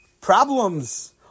Problems